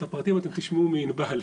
את הפרטים אתם תשמעו מענבל.